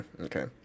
okay